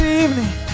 evening